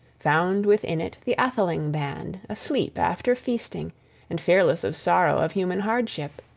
found within it the atheling band asleep after feasting and fearless of sorrow, of human hardship.